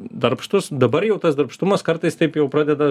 darbštūs dabar jau tas darbštumas kartais taip jau pradeda